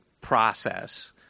process –